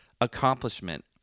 accomplishment